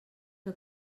que